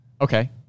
okay